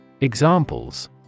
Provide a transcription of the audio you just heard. Examples